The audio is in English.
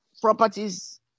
properties